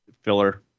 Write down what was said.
filler